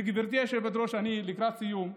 גברתי היושבת-ראש, אני לקראת סיום.